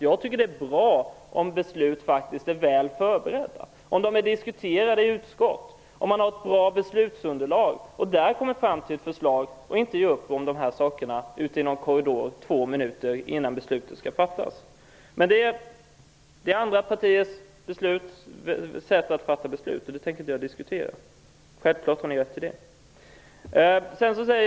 Jag tycker faktiskt att det är bra om beslut är väl förberedda och om det har förts diskussioner i utskottet och man har ett bra beslutsunderlag, så att man i utskottet kommer fram till ett förslag i stället för att det görs upp om sådana här saker i en korridor två minuter innan beslut skall fattas. Men det gäller andra partiers sätt att fatta beslut, och den saken tänker jag inte diskutera. Självklart har ni rätt att göra på ert sätt.